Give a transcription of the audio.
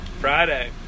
Friday